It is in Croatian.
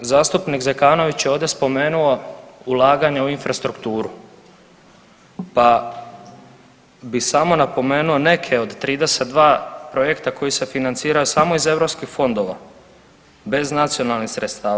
Zastupnik Zekanović je ovdje spomenuo ulaganja u infrastrukturu, pa bi samo napomenuo neke od 32 projekta koji se financiraju samo iz europskih fondova bez nacionalnih sredstava.